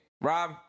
Rob